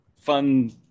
fun